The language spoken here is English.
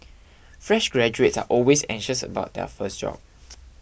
fresh graduates are always anxious about their first job